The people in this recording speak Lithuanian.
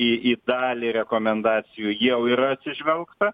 į į dalį rekomendacijų jau yra atsižvelgta